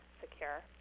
secure